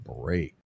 break